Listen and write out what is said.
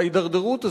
וההידרדרות הזאת,